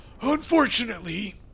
unfortunately